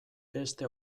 beste